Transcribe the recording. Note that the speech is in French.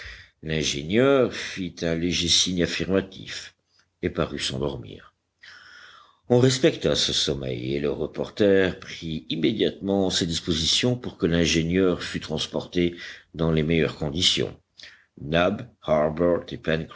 l'ingénieur fit un léger signe affirmatif et parut s'endormir on respecta ce sommeil et le reporter prit immédiatement ses dispositions pour que l'ingénieur fût transporté dans les meilleures conditions nab